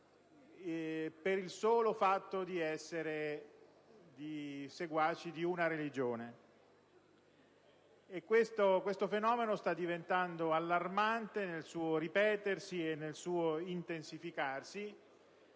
per il solo fatto dell'appartenenza a una religione. Questo fenomeno sta diventando allarmante nel suo ripetersi e nel suo intensificarsi